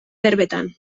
berbetan